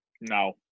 No